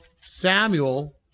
Samuel